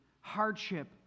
hardship